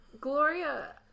Gloria